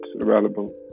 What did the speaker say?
available